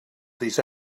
these